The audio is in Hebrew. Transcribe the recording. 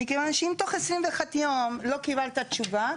מכיוון שאם תוך 21 יום לא קיבלת תשובה,